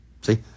See